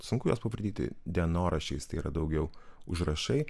sunku juos pavadinti dienoraščiais tai yra daugiau užrašai